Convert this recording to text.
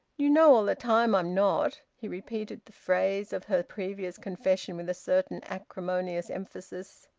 you know all the time i'm not. he repeated the phrase of her previous confession with a certain acrimonious emphasis.